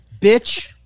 Bitch